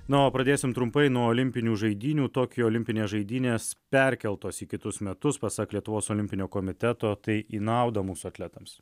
na o pradėsim trumpai nuo olimpinių žaidynių tokijo olimpinės žaidynės perkeltos į kitus metus pasak lietuvos olimpinio komiteto tai į naudą mūsų atletams